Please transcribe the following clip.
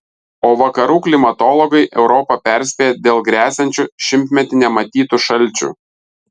o vakarų klimatologai europą perspėja dėl gresiančių šimtmetį nematytų šalčių